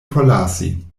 forlasi